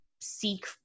seek